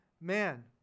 man